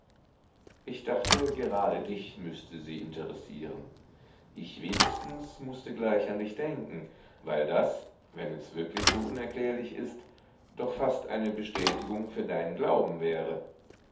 ich dachte gerade dich müßte sie interessieren ich wenigstens mußte gleich an dich denken weil das wenn es wirklich so unerklärlich ist doch fast eine bestätigung für deinen glauben wäre